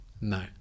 No